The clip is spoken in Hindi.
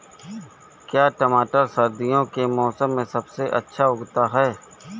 क्या टमाटर सर्दियों के मौसम में सबसे अच्छा उगता है?